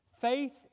Faith